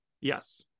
Yes